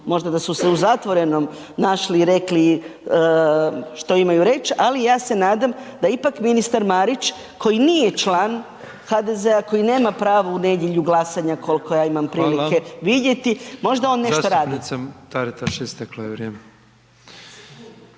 možda da su se u zatvorenom našli i rekli što imaju reći, ali ja se nadam da ipak ministar Marić koji nije član HDZ-a, koji nema pravo u nedjelju glasanja koliko ja imam prilike …/Upadica: Hvala./… vidjeti, možda on nešto radi. **Petrov, Božo (MOST)** Zastupnice Taritaš isteklo je vrijeme.